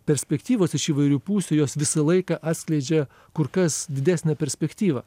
perspektyvos iš įvairių pusių jos visą laiką atskleidžia kur kas didesnę perspektyvą